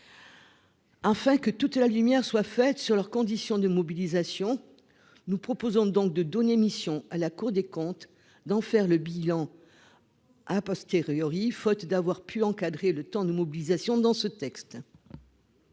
Afin que toute la lumière soit faite sur leurs conditions de mobilisation. Nous proposons donc de donner mission à la Cour des comptes, d'en faire le bilan. Ah. A posteriori, faute d'avoir pu encadrer le temps de mobilisation dans ce texte.